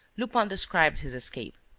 lupin described his escape.